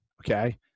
Okay